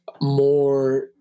more